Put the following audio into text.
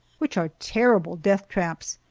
which are terrible death traps.